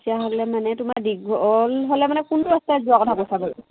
তেতিয়াহ'লে মানে তোমাৰ দীঘল হ'লে মানে কোনটো ৰাস্তাই যোৱা কথা কৈছা বাৰু